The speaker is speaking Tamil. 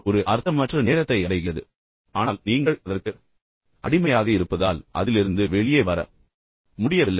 தொடர் ஒரு அர்த்தமற்ற நேரத்தை அடைகிறது என்பது உங்களுக்குத் தெரியும் ஆனால் நீங்கள் அதற்கு அடிமையாக இருப்பதால் அதிலிருந்து வெளியே வர முடியவில்லை